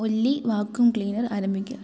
ഒല്ലി vacuum cleaner ആരംഭിക്കുക